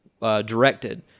directed